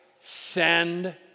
send